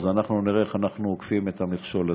אנחנו נראה איך אנחנו עוקפים את המכשול הזה.